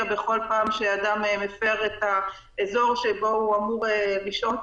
כל פעם שאדם מפר את האזור שבו אמור לשהות,